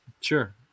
Sure